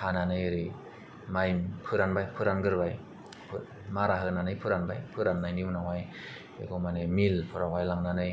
हानानै ओरै माय फोरानबाय फोरानग्रोबाय मारा होनानै फोरानबाय फोराननायनि उनाव हाय बेखौ मानि मिलफोराव लांनानै